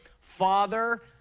Father